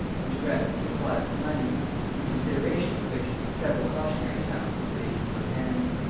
and to grant them supplies of money in consideration of which several cautionary towns were put into her hands.